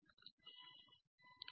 59KHz आहे